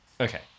Okay